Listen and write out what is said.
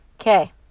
Okay